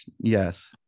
Yes